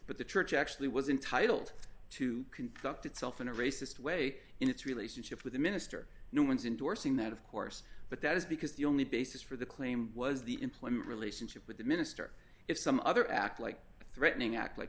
but the church actually was intitled to conduct itself in a racist way in its relationship with the minister no one's indorsing that of course but that is because the only basis for the claim was the employment relationship with the minister if some other act like threatening act like